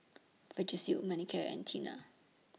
Vagisil Manicare and Tena